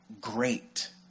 great